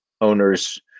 owners